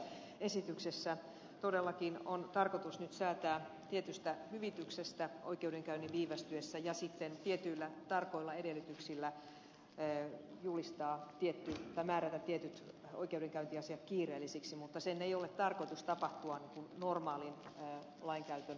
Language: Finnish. tässä esityksessä todellakin on tarkoitus nyt säätää tietystä hyvityksestä oikeudenkäynnin viivästyessä ja sitten tietyillä tarkoilla edellytyksillä määrätä tietyt oikeudenkäyntiasiat kiireellisiksi mutta sen ei ole tarkoitus tapahtua normaalin lainkäytön kustannuksella